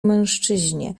mężczyźnie